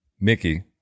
Mickey